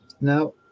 now